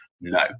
No